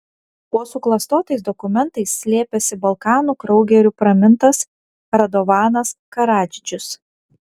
po suklastotais dokumentais slėpėsi balkanų kraugeriu pramintas radovanas karadžičius